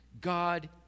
God